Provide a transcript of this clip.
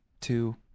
two